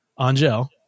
Angel